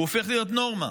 הוא הופך להיות נורמה.